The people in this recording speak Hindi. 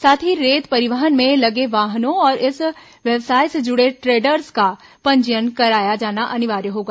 साथ ही रेत परिवहन में लगे वाहनों और इस व्यवसाय से जुड़े ट्रेडर्स का पंजीयन कराया जाना अनिवार्य होगा